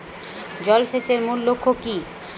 জল সেচের মূল লক্ষ্য কী?